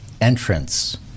entrance